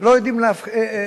לא יודעים להבין,